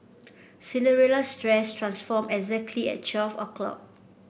Cinderella's dress transformed exactly at twelve o'clock